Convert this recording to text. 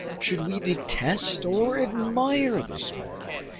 should we detest or admire this man?